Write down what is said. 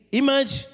image